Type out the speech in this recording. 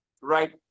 right